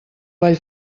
vall